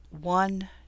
One